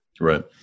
Right